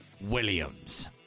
williams